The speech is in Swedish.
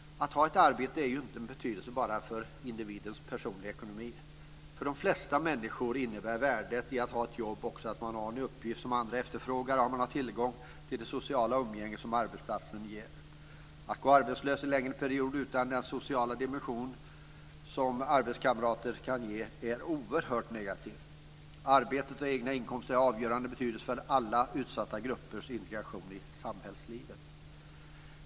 Att ha ett arbete är inte bara av betydelse för individens personliga ekonomi. För det flesta människor innebär värdet av att ha ett jobb också att man har en uppgift som andra efterfrågar och att man har tillgång till det sociala umgänge som arbetsplatsen ger. Att gå arbetslös en lägre period utan den sociala dimension som arbetskamrater kan ge är oerhört negativt. Arbetet och egna inkomster är av avgörande betydelse för alla utsatta gruppers integration i samhällslivet.